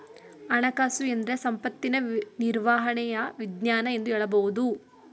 ಹಣಕಾಸುಎಂದ್ರೆ ಸಂಪತ್ತಿನ ನಿರ್ವಹಣೆಯ ವಿಜ್ಞಾನ ಎಂದು ಹೇಳಬಹುದು